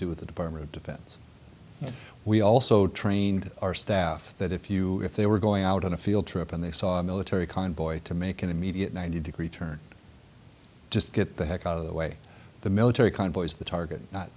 do with the department of defense we also trained our staff that if you if they were going out on a field trip and they saw a military convoy to make an immediate ninety degree turn just get the heck out of the way the military convoys the target not not